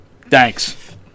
Thanks